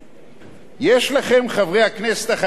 יש לכם, חברי הכנסת החרדים, מפתח,